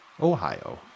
Ohio